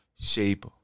shape